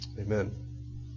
Amen